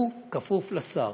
הוא כפוף לשר.